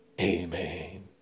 amen